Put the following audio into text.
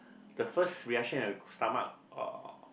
the first reaction stomach or